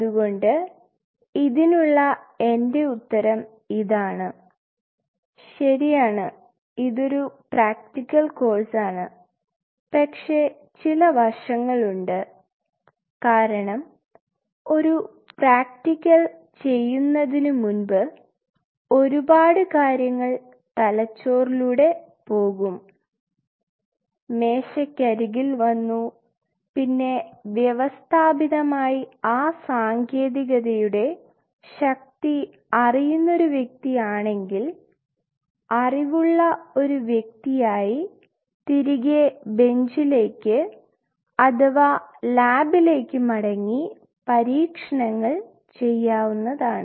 അതുകൊണ്ട് ഇതിനുള്ള എന്റെ ഉത്തരം ഇതാണ് ശരിയാണ് ഇതൊരു പ്രാക്ക്ടിക്കൽ കോഴ്സാണ് പക്ഷേ ചില വശങ്ങളുണ്ട് കാരണം ഒരു പ്രാക്ക്ടിക്കൽ ചെയ്യുന്നതിനുമുമ്പ് ഒരുപാട് കാര്യങ്ങൾ തലച്ചോറിലൂടെ പോകും മേശക്ക് അരികിൽ വന്നു പിന്നെ വ്യവസ്ഥാപിതമായി ആ സാങ്കേതികതയുടെ ശക്തി അറിയുന്നൊരു വ്യക്തി ആണെങ്കിൽ അറിവുള്ള ഉള്ള വ്യക്തിയായി തിരികെ ബെഞ്ചിലേക്ക് അഥവാ ലാബിലേക്ക് മടങ്ങി പരീക്ഷണങ്ങൾ ചെയ്യാവുന്നതാണ്